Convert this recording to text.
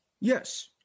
Yes